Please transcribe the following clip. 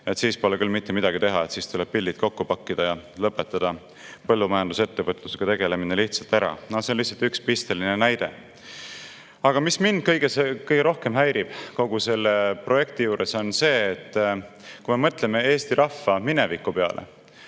siis pole küll mitte midagi teha, siis tuleb pillid kokku pakkida ja lõpetada põllumajandusettevõtlusega tegelemine lihtsalt ära. See on üks pisteline näide. Aga mis mind kõige rohkem häirib kogu selle projekti juures, on see, et kui me mõtleme Eesti rahva mineviku peale,